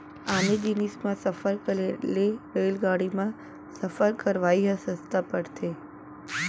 आने जिनिस म सफर करे ले रेलगाड़ी म सफर करवाइ ह सस्ता परथे